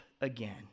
again